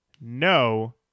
no